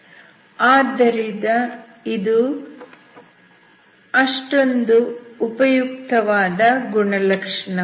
ಆದ್ದರಿಂದ ಇದು ಅಷ್ಟೊಂದು ಉಪಯುಕ್ತವಾದ ಗುಣಲಕ್ಷಣವಲ್ಲ